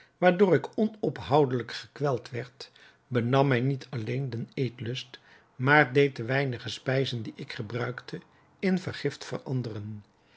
waardoor ik onophoudelijk gekweld werd benam mij niet alleen den eetlust maar deed de weinige spijzen die ik gebruikte in vergift veranderen